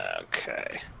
Okay